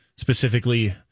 Specifically